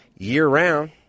Year-round